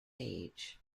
age